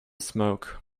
smoke